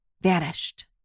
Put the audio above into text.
vanished